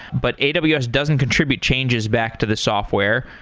but and but aws doesn't contribute changes back to the software.